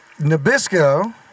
Nabisco